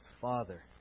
Father